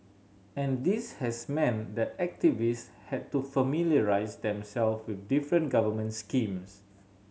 and this has meant that activists had to familiarise themself with different government schemes